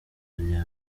rya